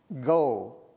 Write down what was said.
Go